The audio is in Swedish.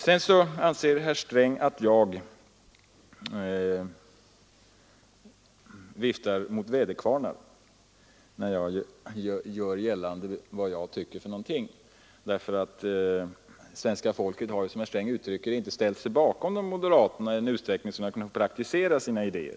Sedan anser herr Sträng att jag slåss mot väderkvarnar när jag gör mina uppfattningar gällande — därför att svenska folket, som herr Sträng uttrycker det, inte har ställt sig bakom moderaterna i den utsträckningen att vi kunnat praktisera våra idéer.